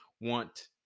want